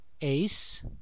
Ace